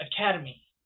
Academy